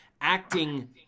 acting